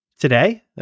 today